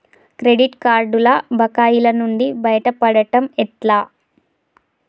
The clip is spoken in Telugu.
క్రెడిట్ కార్డుల బకాయిల నుండి బయటపడటం ఎట్లా?